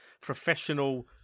Professional